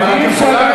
אבל את יכולה,